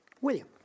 William